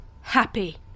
happy